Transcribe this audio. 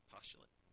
Postulate